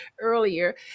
earlier